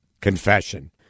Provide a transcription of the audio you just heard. confession